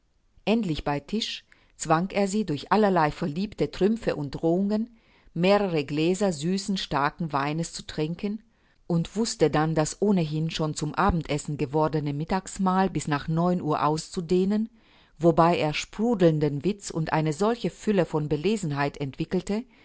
endlich bei tisch zwang er sie durch allerlei verliebte trümpfe und drohungen mehrere gläser süßen starken weines zu trinken und wußte dann das ohnehin schon zum abendessen gewordene mittagsmal bis nach neun uhr auszudehnen wobei er sprudelnden witz und eine solche fülle von belesenheit entwickelte